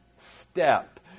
step